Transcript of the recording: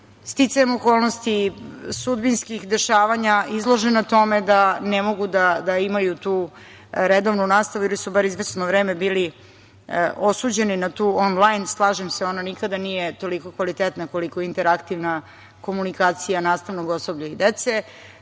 sticajem okolnosti, sudbinskih dešavanja, izložena tome da ne mogu da imaju redovnu nastavu, ili su bar izvesno vreme bili osuđeni na tu on lajn. Slažem se, ona nikad nije toliko kvalitetna koliko interaktivna komunikacija nastavnog osoblja i dece.